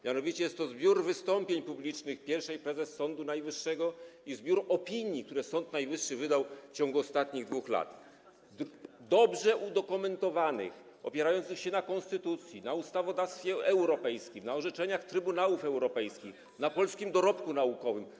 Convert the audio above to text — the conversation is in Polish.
Mianowicie jest to zbiór wystąpień publicznych pierwszej prezes Sądu Najwyższego i zbiór opinii, które Sąd Najwyższy wydał w ciągu ostatnich 2 lat, dobrze udokumentowanych, opierających się na konstytucji, na ustawodawstwie europejskim, na orzeczeniach trybunałów europejskich, na polskim dorobku naukowym.